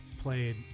Played